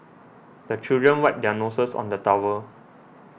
the children wipe their noses on the towel